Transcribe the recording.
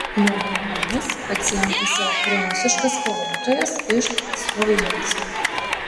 jo duomenimis pacientas yra prorusiškas kovotojas iš slovjansko